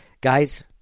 guys